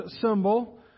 symbol